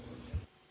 Hvala.